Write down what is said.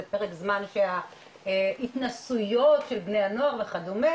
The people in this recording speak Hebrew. זה פרק זמן שההתנסויות של בני הנוער וכדומה